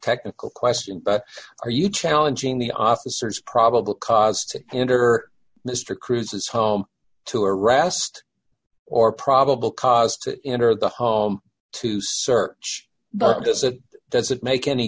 technical question but are you challenging the officers probable cause to enter mr cruz's home to arrest or probable cause to enter the home to search but does that does it make any